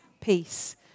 peace